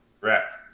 Correct